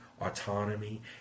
autonomy